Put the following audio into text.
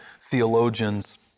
theologians